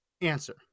answer